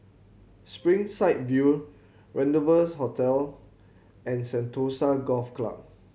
Springside View Rendezvous Hotel and Sentosa Golf Club